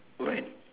when